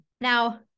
Now